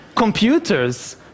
computers